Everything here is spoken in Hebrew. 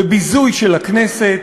בביזוי של הכנסת,